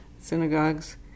synagogues